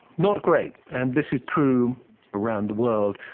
not great, and this is true around the world.